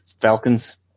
Falcons